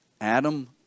Adam